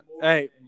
Hey